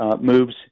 moves